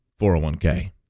401k